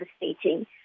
devastating